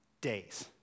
days